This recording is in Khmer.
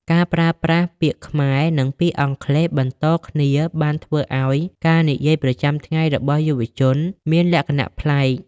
ការប្រើប្រាស់ពាក្យខ្មែរនិងពាក្យអង់គ្លេសបន្តគ្នាបានធ្វើឱ្យការនិយាយប្រចាំថ្ងៃរបស់យុវជនមានលក្ខណៈប្លែក។